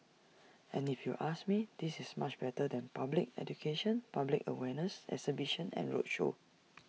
and if you ask me this is much better than public education public awareness exhibitions and roadshow